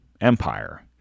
empire